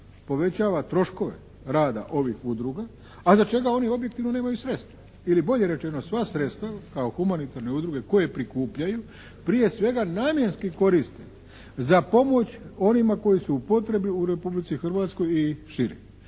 povećava troškove rada ovih udruga a za što oni objektivno nemaju sredstva. Ili bolje rečeno, sva sredstva kao humanitarne udruge koje prikupljaju prije svega namjenski koriste za pomoć onima koji su u potrebi u Republici Hrvatskoj i šire.